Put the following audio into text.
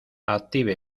active